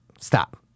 Stop